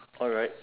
alright